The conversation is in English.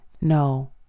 no